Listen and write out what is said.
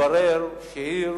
התברר שעיר